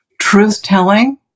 truth-telling